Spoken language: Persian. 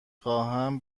خواهم